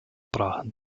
brachen